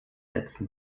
letzten